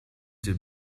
the